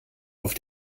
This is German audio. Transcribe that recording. auf